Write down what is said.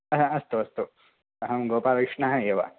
हा अस्तु अस्तु अहं गोपालकृष्णः एव